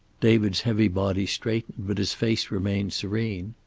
david's heavy body straightened, but his face remained serene.